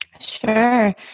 Sure